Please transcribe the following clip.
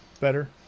better